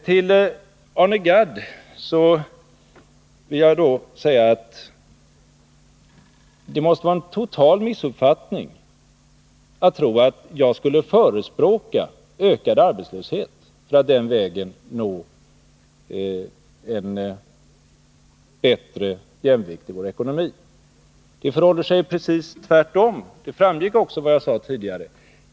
Till Arne Gadd vill jag säga att det måste vara en total missuppfattning att tro att jag skulle förespråka ökad arbetslöshet för att den vägen nå bättre jämvikt i vår ekonomi. Det förhåller sig precis tvärtom, och detta framgick också av vad jag sade tidigare.